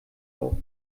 auf